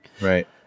right